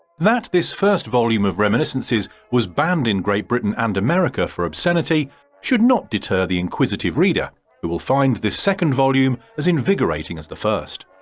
that this first volume of reminiscences was banned in great britain and america for obscenity should not deter the inquisitive reader who will find this second volume as invigorating as the first.